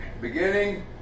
beginning